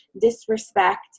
disrespect